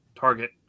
target